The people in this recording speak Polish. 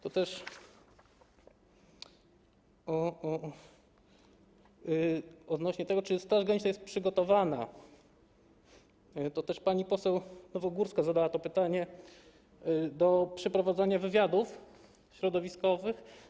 To dotyczy tego, czy Straż Graniczna jest przygotowana - pani poseł Nowogórska zadała to pytanie - do przeprowadzania wywiadów środowiskowych.